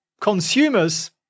consumers